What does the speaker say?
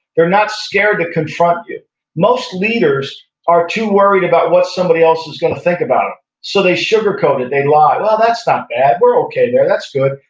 they're not scared to confront you most leaders are too worried about what somebody else is going to think about them so they sugarcoat it, they lie. well, that's not bad. we're okay there. that's good.